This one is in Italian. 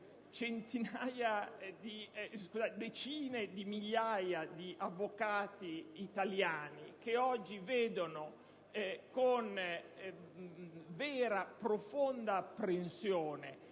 preoccupa gravemente decine di migliaia di avvocati italiani che oggi vedono con vera, profonda apprensione